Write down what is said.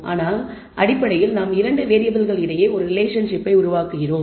ஆனால் அடிப்படையில் நாம் 2 மாறிகள் இடையே ஒரு ரிலேஷன்ஷிப்பை உருவாக்குகிறோம்